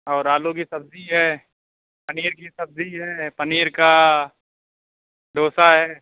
اور آلو کی سبزی ہے پنیر کی سبزی ہے پنیر کا ڈوسا ہے